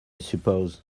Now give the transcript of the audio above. suppose